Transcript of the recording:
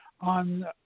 on